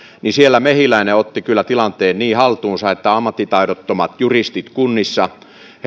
niin siellä mehiläinen otti kyllä tilanteen niin haltuunsa että ammattitaidottomia juristeja kunnissa